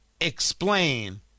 explain